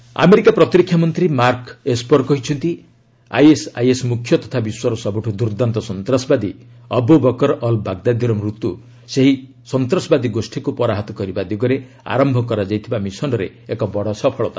Baghdadi America ପ୍ରତିରକ୍ଷା ମନ୍ତ୍ରୀ Mark Esper କହିଛନ୍ତି ଆଇଏସ୍ଆଇଏସ୍ ମୁଖ୍ୟ ତଥା ବିଶ୍ୱର ସବୁଠୁ ଦୁର୍ଦ୍ଦାନ୍ତ ସନ୍ତାସବାଦୀ ଅବୁ ବକ୍ର୍ ଅଲ୍ ବାଗ୍ଦାଦିର ମୃତ୍ୟୁ ସେହି ସନ୍ତାସବାଦୀ ଗୋଷ୍ଠୀକ୍ର ପରାହତ କରିବା ଦିଗରେ ଆରମ୍ଭ କରାଯାଇଥିବା ମିଶନ୍ରେ ଏକ ବଡ଼ ସଫଳତା